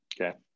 Okay